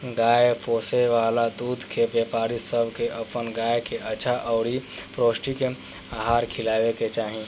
गाय पोसे वाला दूध के व्यापारी सब के अपन गाय के अच्छा अउरी पौष्टिक आहार खिलावे के चाही